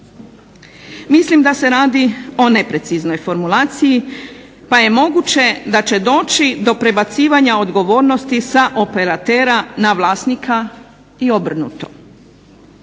Mislim da se radi o nepreciznoj formulaciji i da će doći do prebacivanja odgovornosti s operatera na vlasnika i obrnuto.